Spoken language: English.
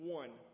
one